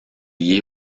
liées